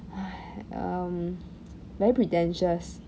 um very pretentious